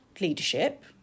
leadership